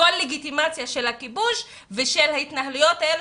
כל לגיטימציה של הכיבוש ושל ההתנהלויות האלה